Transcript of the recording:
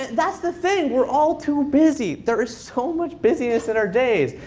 that's the thing. we're all too busy. there is so much business in our days.